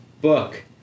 book